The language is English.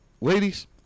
Ladies